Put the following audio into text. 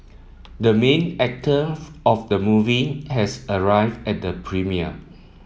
the main actor of the movie has arrived at the premiere